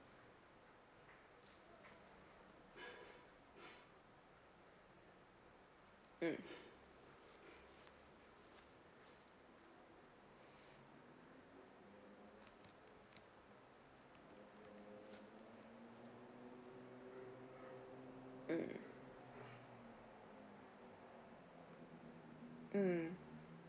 mm mm mm